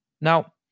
Now